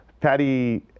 Patty